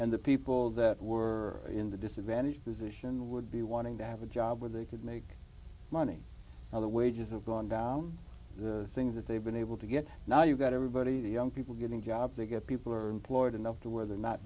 and the people that were in the disadvantaged position would be wanting to have a job where they could make money on the wages of gone down the things that they've been able to get now you've got everybody the young people getting jobs they get people are employed enough to where they're not